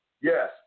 Yes